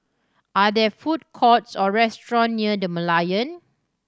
are there food courts or restaurant near The Merlion